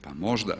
Pa možda.